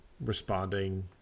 responding